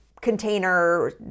container